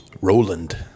Roland